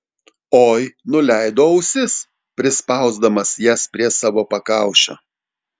oi nuleido ausis prispausdamas jas prie savo pakaušio